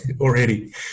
already